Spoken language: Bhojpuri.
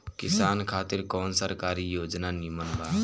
किसान खातिर कवन सरकारी योजना नीमन बा?